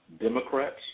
Democrats